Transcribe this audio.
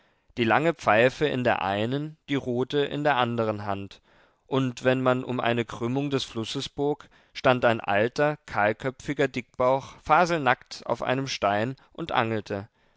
die lange pfeife in der einen die rute in der andern hand und wenn man um eine krümmung des flusses bog stand ein alter kahlköpfiger dickbauch faselnackt auf einem stein und angelte